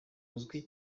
azwi